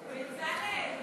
בצלאל.